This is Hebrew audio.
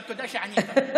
אבל תודה שענית.